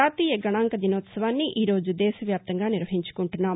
జాతీయ గణాంక దినోత్సవాన్ని ఈరోజు దేశవ్యాప్తంగా నిర్వహించుకుంటున్నాం